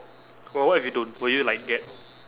oh what if you don't will you like get